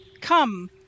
come